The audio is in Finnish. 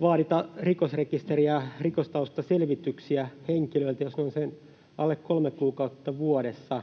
vaadita rikosrekisteriä, rikostaustaselvityksiä, jos he ovat sen alle kolme kuukautta vuodessa.